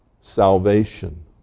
salvation